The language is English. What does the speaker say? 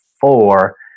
four